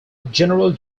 general